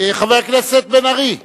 חבר הכנסת בן-ארי,